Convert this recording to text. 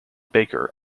baker